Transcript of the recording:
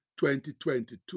2022